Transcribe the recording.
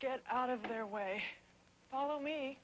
get out of their way follow me